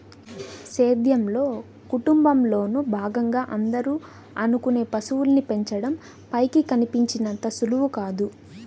సేద్యంలో, కుటుంబంలోను భాగంగా అందరూ అనుకునే పశువుల్ని పెంచడం పైకి కనిపించినంత సులువు కాదు